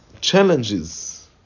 challenges